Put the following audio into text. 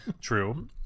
True